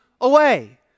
away